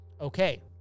Okay